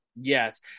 Yes